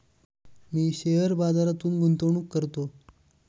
मी share बाजारात गुंतवणूक करतो